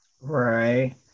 Right